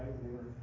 right